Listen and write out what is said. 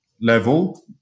level